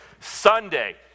Sunday